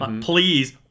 please